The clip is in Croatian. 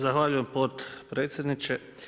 Zahvaljujem potpredsjedniče.